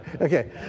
Okay